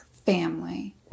Family